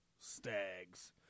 Stags